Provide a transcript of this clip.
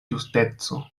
justeco